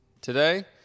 Today